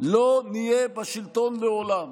לא נהיה בשלטון לעולם.